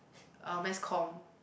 uh mass comm